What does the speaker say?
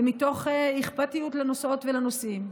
ומתוך אכפתיות לנוסעות ולנוסעים.